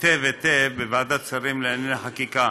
היטב היטב בוועדת השרים לענייני חקיקה.